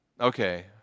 Okay